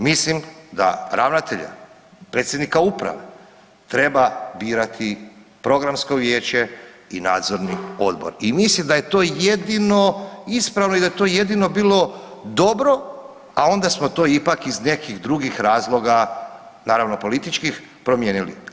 Mislim da ravnatelja, predsjednika uprave treba birati Programsko vijeće i Nadzorni odbor i mislim da je to jedino ispravno i da je to jedino bilo dobro, a onda smo to ipak iz nekih drugih razloga naravno političkih promijenili.